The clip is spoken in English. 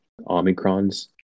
Omicrons